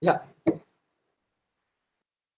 ya